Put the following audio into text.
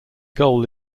goal